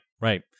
Right